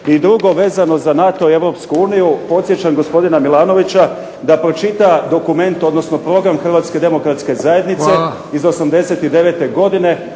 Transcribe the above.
I drugo, vezano za NATO i Europsku uniju, podsjećam gospodina Milanovića da pročita dokument, odnosno program Hrvatske demokratske zajednice iz '89. godine,